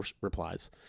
replies